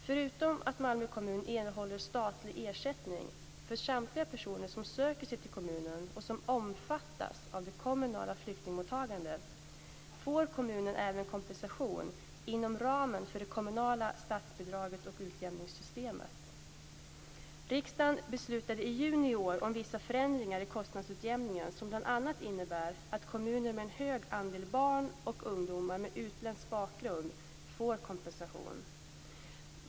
Förutom att Malmö kommun erhåller statlig ersättning för samtliga personer som söker sig till kommunen och som omfattas av det kommunala flyktingmottagandet, får kommunen även kompensation inom ramen för det kommunala statsbidrags och utjämningssystemet. Riksdagen beslutade i juni i år om vissa förändringar i kostnadsutjämningen som bl.a. innebär att kommuner med en hög andel barn och ungdomar med utländsk bakgrund får kompensation.